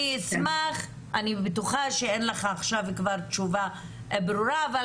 אני בטוחה שאין לך עכשיו תשובה ברורה אבל